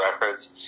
records